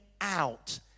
out